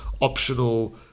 optional